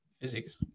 Physics